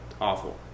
awful